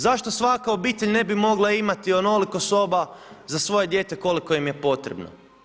Zašto svaka obitelj ne bi mogla imati onoliko soba za svoje dijete koliko im je potrebno?